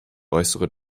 äußere